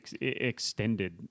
extended